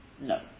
No